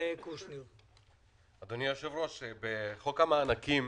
בחוק המענקים